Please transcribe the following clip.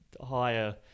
higher